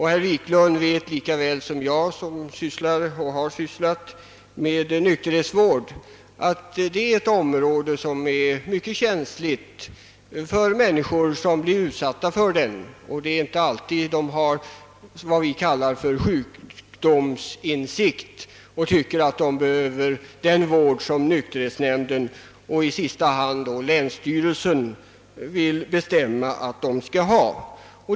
Herr Wiklund, som har sysslat och sysslar med nykterhetsvård, vet lika väl som jag att det också är ett område som är mycket känsligt för människor som blir föremål för sådan vård. De har inte alltid vad vi kallar för sjukdomsinsikt, så att de anser sig behöva den vård som nykterhetsnämnden och i sista hand länsstyrelsen vill bestämma att de skall ha.